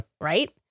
right